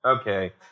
Okay